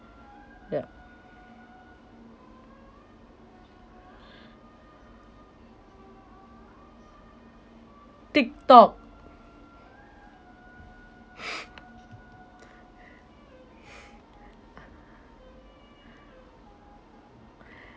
ya tiktok